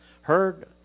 heard